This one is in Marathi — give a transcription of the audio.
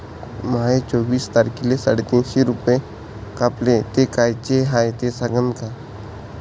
माये चोवीस तारखेले साडेतीनशे रूपे कापले, ते कायचे हाय ते सांगान का?